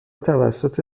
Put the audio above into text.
توسط